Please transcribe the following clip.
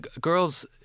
girls